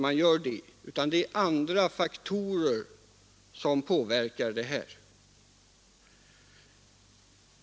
Jag tror att det är andra faktorer som påverkar deras val i detta avseende.